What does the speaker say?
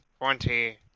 twenty